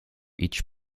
each